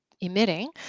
emitting